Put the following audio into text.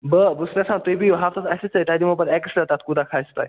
بہٕ بہٕ چھُس ویٚژھان تُہۍ بِہو ہفتس اسیٚے سۭتۍ تۄہہِ دِمو پتہٕ ایٚکٕسٹرٛا تَتھ کوٗتاہ کھژہِ تۄہہِ